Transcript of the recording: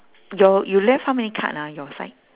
your you left how many card ah your side